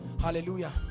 Hallelujah